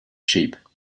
sheep